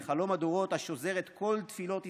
לחלום הדורות השוזר את כל תפילות ישראל.